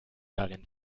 darin